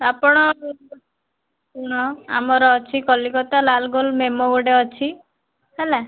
ଆପଣ ଶୁଣ ଆମର ଅଛି କଲିକତା ଲାଲ୍ଗୋଲ ମେମୋ ଗୋଟେ ଅଛି ହେଲା